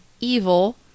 evil